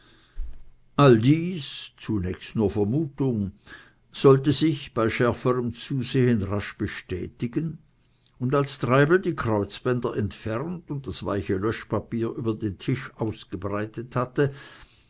all dies zunächst nur vermutung sollte sich bei schärferem zusehen rasch bestätigen und als treibel die kreuzbänder entfernt und das weiche löschpapier über den tisch hin ausgebreitet hatte